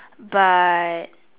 but